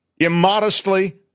immodestly